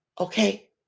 Okay